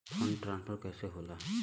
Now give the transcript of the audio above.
Fund transfer कैसे होला?